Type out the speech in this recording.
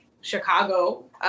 chicago